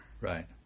Right